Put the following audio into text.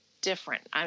different